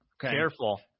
Careful